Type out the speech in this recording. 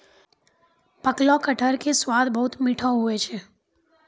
पकलो कटहर के स्वाद बहुत मीठो हुवै छै